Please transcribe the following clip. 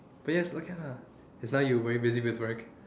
players okay lah cause now you busy with work